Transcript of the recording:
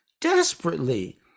desperately